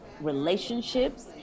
relationships